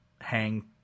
hang